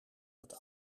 het